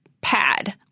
Pad